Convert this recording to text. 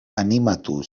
animatu